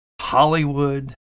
Hollywood